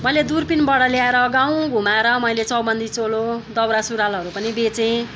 मैले दुर्बिनबाट ल्याएर गाउँ घुमाएर मैले चौबन्दी चोलो दौरा सुरुवालहरू पनि बेचेँ